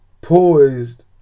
poised